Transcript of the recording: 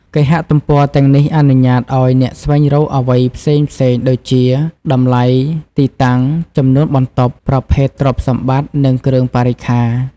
គេហទំព័រទាំងនេះអនុញ្ញាតឱ្យអ្នកស្វែងរកអ្វីផ្សេងៗដូចជា តម្លៃ ទីតាំង ចំនួនបន្ទប់ ប្រភេទទ្រព្យសម្បត្តិ និងគ្រឿងបរិក្ខារ។